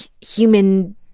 human